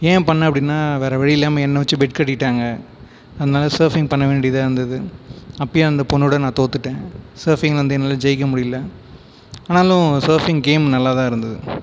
ஏன் பண்ணிணேன் அப்படின்னால் வேறு வழியில்லாமல் என்னை வைச்சு பெட் கட்டிவிட்டாங்க அதனால் சர்ஃபிங் பண்ணவேண்டியதாக இருந்தது அப்போயே அந்த பொண்ணோடு நான் தோற்றுட்டேன் சர்ஃபிங்கில் வந்து என்னால் ஜெயிக்க முடியலை ஆனாலும் சர்ஃபிங் கேம் நல்லாதான் இருந்தது